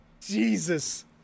Jesus